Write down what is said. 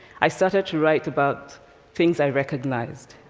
i started to write about things i recognized.